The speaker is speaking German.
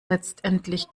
letztendlich